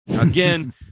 Again